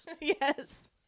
Yes